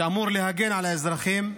שאמור להגן על אזרחים,